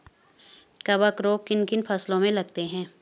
कवक रोग किन किन फसलों में लगते हैं?